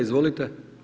Izvolite.